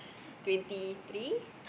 twenty three